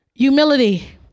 Humility